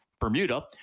Bermuda